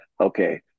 okay